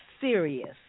serious